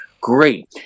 great